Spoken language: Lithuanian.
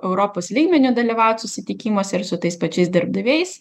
europos lygmeniu dalyvaut susitikimuose ir su tais pačiais darbdaviais